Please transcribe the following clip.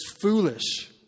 foolish